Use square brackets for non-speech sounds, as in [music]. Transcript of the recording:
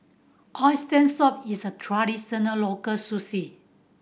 Oxtail Soup is a traditional local [unintelligible]